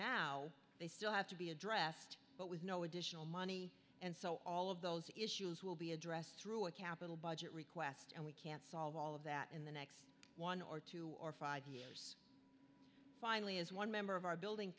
now they still have to be addressed but with no additional money and so all of those issues will be addressed through a capital budget request and we can't solve all of that in the next one or two or five years finally as one member of our building